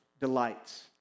delights